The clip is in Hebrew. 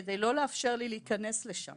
על מנת לא לאפשר לי להיכנס לשם